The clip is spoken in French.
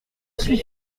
suis